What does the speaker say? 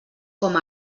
com